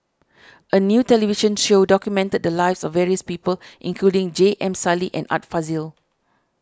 a new television show documented the lives of various people including J M Sali and Art Fazil